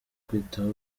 kwitaho